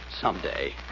someday